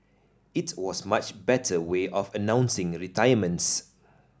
it was much better way of announcing retirements